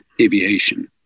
aviation